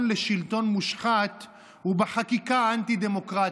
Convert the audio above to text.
לשלטון מושחת הוא בחקיקה אנטי-דמוקרטית,